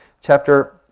chapter